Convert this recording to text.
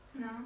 No